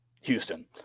Houston